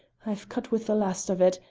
i've cut with the last of it,